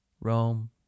Rome